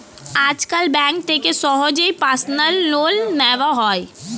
আজকাল ব্যাঙ্ক থেকে সহজেই পার্সোনাল লোন নেওয়া যায়